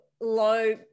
low